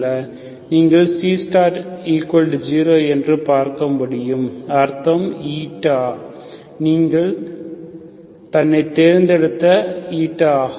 நீங்கள் C0 என்று பார்க்க முடியும் அர்த்தாம் நீங்கள் தன்னை தேர்ந்தெடுத்த ஆகும்